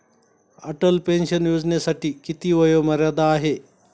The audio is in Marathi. अटल पेन्शन योजनेसाठी किती वयोमर्यादा आहे?